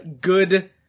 good